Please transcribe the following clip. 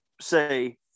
say